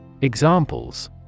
Examples